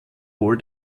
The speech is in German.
wohl